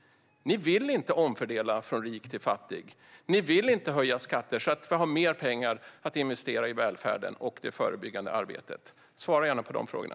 Ni vill inte omfördela från rik till fattig. Ni vill inte höja skatter för att ha mer pengar att investera i välfärden och det förebyggande arbetet. Svara gärna på detta!